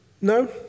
No